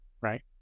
right